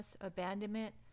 abandonment